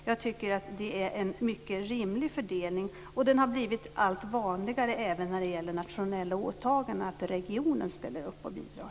Jag tycker att det är en mycket rimlig fördelning. Det har blivit allt vanligare, även när det gäller nationella åtaganden, att regionen ställer upp och bidrar.